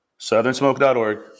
SouthernSmoke.org